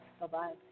Bye-bye